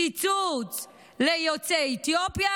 קיצוץ ליוצאי אתיופיה.